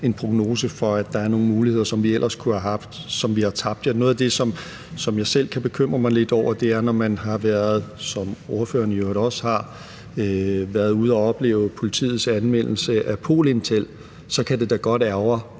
en prognose for, at der er nogle muligheder, som vi ellers kunne have haft, som vi har tabt. Noget af det, som jeg selv kan bekymre mig lidt over, er, når man har været, som ordføreren i øvrigt også har, ude at opleve politiets anvendelse af Pol-Intel; så kan det da godt ærgre,